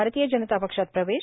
भारतीय जनता पक्षात प्रवेश